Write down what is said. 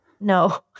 no